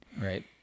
Right